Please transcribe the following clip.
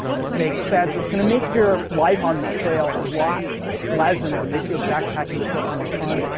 it makes sense. it's gonna make your life on the trail a lot pleasanter, make your backpacking trip more fun,